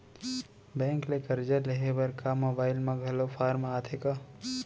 Bank ले करजा लेहे बर का मोबाइल म घलो फार्म आथे का?